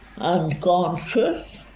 unconscious